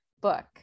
book